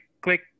click